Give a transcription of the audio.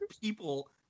people